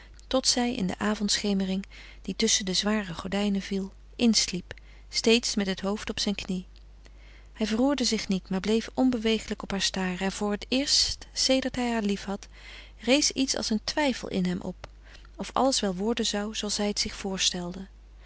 tot zij in de avondschemering die tusschen de zware gordijnen viel insliep steeds met het hoofd op zijn knie hij verroerde zich niet maar bleef onbeweeglijk op haar staren en voor het eerst sedert hij haar liefhad rees iets als een twijfel in hem op of alles wel worden zou zooals hij het zich voorstelde